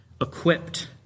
equipped